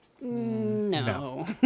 no